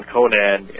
Conan